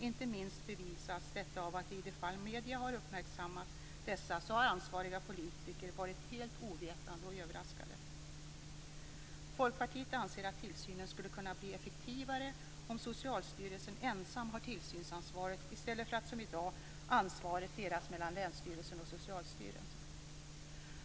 Detta bevisas inte minst av att i de fall som medierna har uppmärksammat dessa har ansvariga politiker varit helt ovetande och överraskade. Folkpartiet anser att tillsynen skulle kunna bli effektivare om Socialstyrelsen ensam har tillsynsansvaret i stället för att, som i dag, ansvaret delas mellan länsstyrelser och Socialstyrelsen.